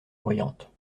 bruyantes